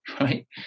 right